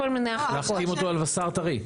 להחתים אותו על וס"ר טרי.